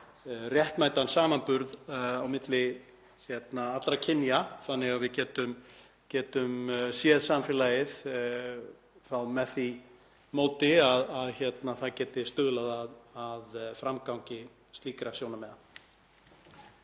réttmætan samanburð á milli allra kynja þannig að við getum séð samfélagið með því móti og það geti stuðlað að framgangi slíkra sjónarmiða.